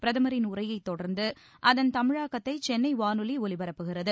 பிரதமரின் உரையைத் தொடர்ந்து அதன் தமிழாக்கத்தை சென்னை வானொலி ஒலிபரப்புகிறது